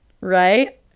Right